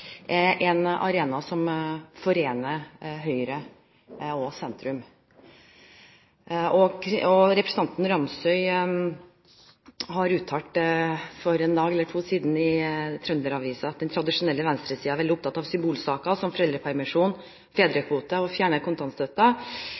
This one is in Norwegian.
er en arena som forener Høyre og sentrum. Representanten uttalte for en dag eller to siden til Trønder-Avisa: «Den tradisjonelle venstresiden er veldig opptatt av symbolsakene, som foreldrepermisjon